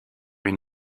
une